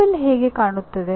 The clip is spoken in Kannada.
ಕೋಷ್ಟಕ ಹೇಗೆ ಕಾಣುತ್ತದೆ